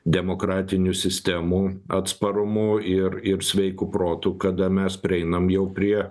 demokratinių sistemų atsparumu ir ir sveiku protu kada mes prieinam jau prie